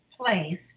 place